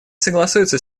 согласуется